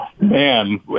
Man